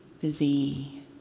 busy